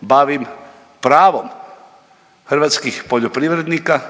bavim pravom hrvatskih poljoprivrednika